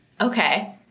Okay